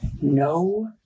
No